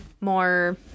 more